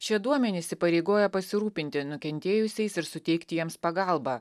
šie duomenys įpareigoja pasirūpinti nukentėjusiais ir suteikti jiems pagalbą